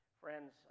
Friends